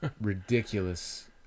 ridiculous